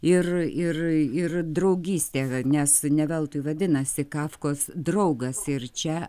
ir ir ir draugystė nes ne veltui vadinasi kafkos draugas ir čia